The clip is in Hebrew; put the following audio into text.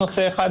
שאלה